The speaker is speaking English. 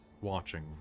watching